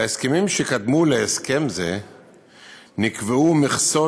בהסכמים שקדמו להסכם זה נקבעו מכסות